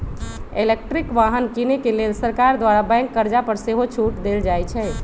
electric वाहन किने के लेल सरकार द्वारा बैंक कर्जा पर सेहो छूट देल जाइ छइ